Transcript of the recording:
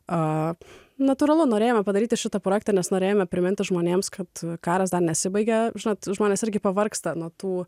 a natūralu norėjome padaryti šitą projektą nes norėjome priminti žmonėms kad karas dar nesibaigė žinot žmonės irgi pavargsta nuo tų